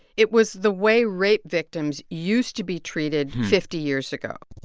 it was the way rape victims used to be treated fifty years ago